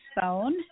phone